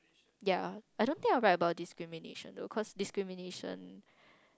ya I don't think I will write about discrimination though cause discrimination